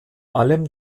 allem